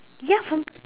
ya from